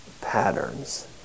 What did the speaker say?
patterns